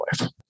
life